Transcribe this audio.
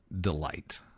delight